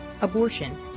abortion